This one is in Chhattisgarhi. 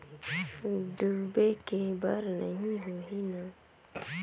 डूबे के बर नहीं होही न?